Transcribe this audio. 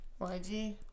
YG